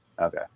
Okay